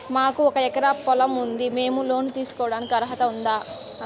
మాకు ఒక ఎకరా పొలం ఉంది మేము లోను తీసుకోడానికి అర్హత ఉందా